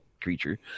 creature